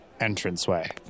entranceway